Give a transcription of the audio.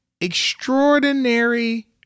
extraordinary